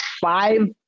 five